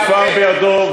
כששופר בידו וספר תורה בידו.